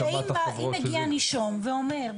החברות --- שאם מגיע נישום ואומר,